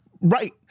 Right